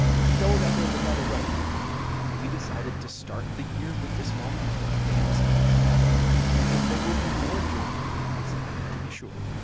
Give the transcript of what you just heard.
to show that there's another way we decided to start the year with this moment of dancing and death because there will be more joy in the months ahead, to be sure,